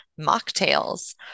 mocktails